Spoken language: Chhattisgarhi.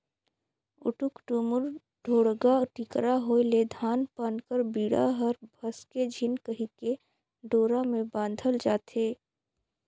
उटुक टुमुर, ढोड़गा टिकरा होए ले धान पान कर बीड़ा हर भसके झिन कहिके डोरा मे बाधल जाथे